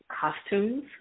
costumes